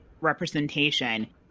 representation